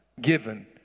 given